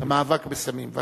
למאבק בסמים.